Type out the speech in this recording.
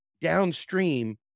downstream